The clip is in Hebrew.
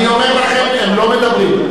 אני אומר לכם, הם לא מדברים.